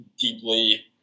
deeply